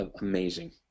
amazing